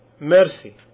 mercy